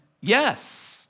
Yes